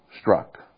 struck